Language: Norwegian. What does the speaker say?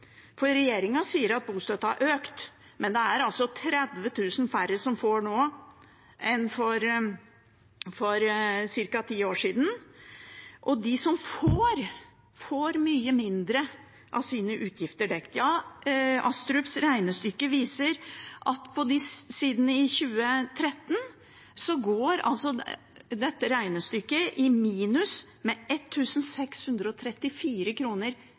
er altså 30 000 færre som får det nå enn for ca. ti år siden, og de som får, får mye mindre av sine utgifter dekket. Astrups regnestykke viser at dette regnestykket har gått i minus med 1 634 kr hver måned siden 2013 – hver måned. Dette